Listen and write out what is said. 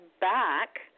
back